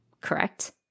Correct